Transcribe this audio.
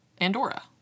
andorra